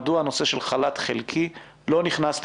מדוע הנושא של חל"ת חלקי לא נכנס אל